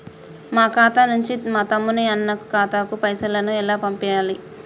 మా ఖాతా నుంచి మా తమ్ముని, అన్న ఖాతాకు పైసలను ఎలా పంపియ్యాలి?